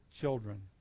children